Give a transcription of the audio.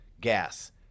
gas